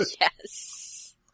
Yes